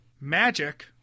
Magic